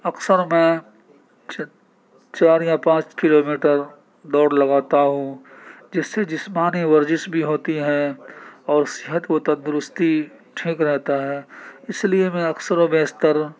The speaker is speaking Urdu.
اکثر میں چار یا پانچ کلو میٹر دوڑ لگاتا ہوں جس سے جسمانی ورزش بھی ہوتی ہے اور صحت و تندرستی ٹھیک رہتا ہے اس لیے میں اکثر و بیشتر